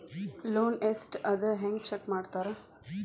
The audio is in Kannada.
ಲೋನ್ ಎಷ್ಟ್ ಅದ ಹೆಂಗ್ ಚೆಕ್ ಮಾಡ್ತಾರಾ